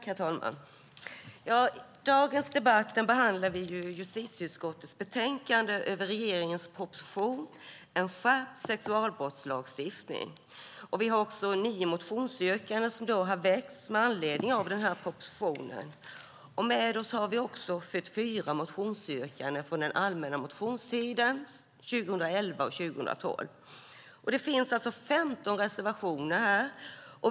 Herr talman! I dagens debatt behandlar vi justitieutskottets betänkande över regeringens proposition En skärpt sexualbrottslagstiftning . Det finns nio motionsyrkanden som har väckts med anledningen av propositionen. Med oss har vi också 44 motionsyrkanden från den allmänna motionstiden 2011 och 2012. Det finns 15 reservationer.